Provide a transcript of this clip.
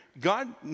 God